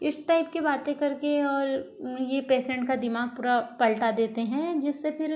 इस टाइप की बातें करके और ये पेशेंट का दिमाग पूरा पलट देते हैं जिससे फिर